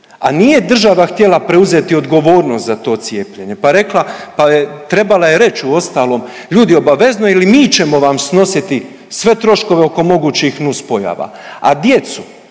a nije država htjela preuzeti odgovornost za to cijepljenje, pa je trebala reć uostalom ljudi obavezno ili mi ćemo vam snositi sve troškove oko mogućih nuspojava. A djecu,